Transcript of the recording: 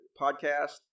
podcast